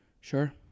Sure